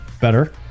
better